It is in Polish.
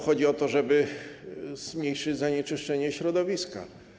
Chodzi o to, żeby zmniejszyć zanieczyszczenie środowiska.